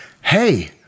hey